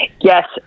Yes